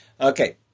Okay